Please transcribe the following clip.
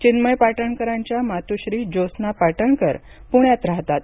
चिन्मय पाटणकरांच्या मातूःश्री ज्योत्सना पाटणकर पुण्यात राहतात